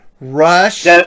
Rush